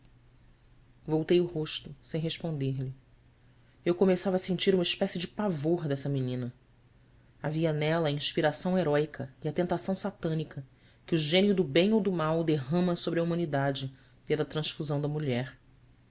voltei o rosto sem responder-lhe eu começava a sentir uma espécie de pavor dessa menina havia nela a inspiração heróica e a tentação satânica que o gênio do bem ou do mal derrama sobre a humanidade pela transfusão da mulher